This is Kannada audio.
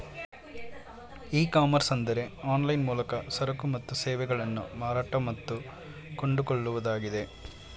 ಇ ಕಾಮರ್ಸ್ ಅಂದರೆ ಆನ್ಲೈನ್ ಮೂಲಕ ಸರಕು ಮತ್ತು ಸೇವೆಗಳನ್ನು ಮಾರಾಟ ಮತ್ತು ಕೊಂಡುಕೊಳ್ಳುವುದಾಗಿದೆ